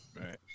Right